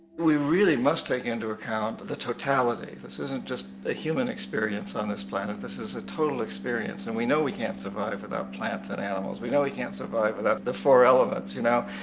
we really must take into account the totality. this isn't just a human experience on this planet, this is a total experience. and we know we can't survive without plants and animals. we know we can't survive without the four elements, you know?